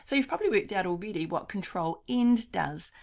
so you've probably worked out already what control end does.